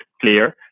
clear